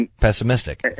Pessimistic